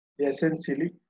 essentially